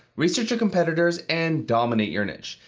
research your competitors and dominate your niche.